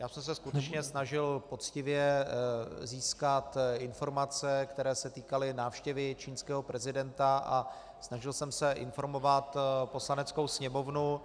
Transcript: Já jsem se skutečně snažil poctivě získat informace, které se týkaly návštěvy čínského prezidenta, a snažil jsem se informovat Poslaneckou sněmovnu.